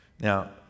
Now